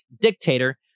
dictator